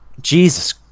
Jesus